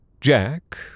Jack